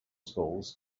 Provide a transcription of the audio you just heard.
schools